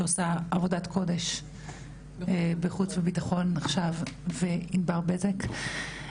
שעושה עבודת קודש בוועדת חוץ וביטחון עכשיו וחברת הכנסת ענבר בזק.